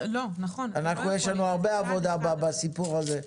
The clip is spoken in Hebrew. נכון אנחנו לא יכולים --- אנחנו יש לנו הרבה עבודה בסיפור הזה,